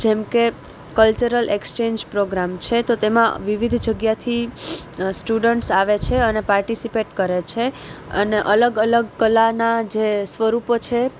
જેમ કે cultural exchange programme છે તો તેમાં વિવિધ જગ્યાથી સ્ટુડન્ટ્સ આવે છે અને પાર્ટીસીપેટ કરે છે અને અલગ અલગ કલાના જે સ્વરૂપો છે